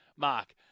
mark